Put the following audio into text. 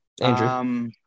Andrew